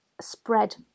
spread